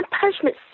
punishment